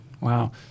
Wow